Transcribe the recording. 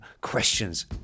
questions